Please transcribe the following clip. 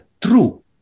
true